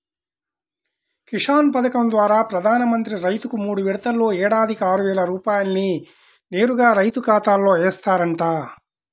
కిసాన్ పథకం ద్వారా ప్రధాన మంత్రి రైతుకు మూడు విడతల్లో ఏడాదికి ఆరువేల రూపాయల్ని నేరుగా రైతు ఖాతాలో ఏస్తారంట